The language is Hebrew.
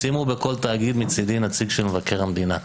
שימו בכל תאגיד מצידי נציג של מבקר המדינה,